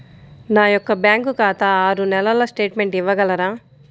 నా యొక్క బ్యాంకు ఖాతా ఆరు నెలల స్టేట్మెంట్ ఇవ్వగలరా?